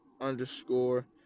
underscore